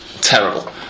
terrible